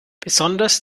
besonders